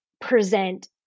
present